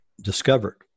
discovered